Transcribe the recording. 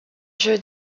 jeu